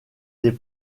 des